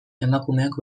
emakumeok